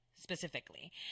specifically